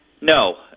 No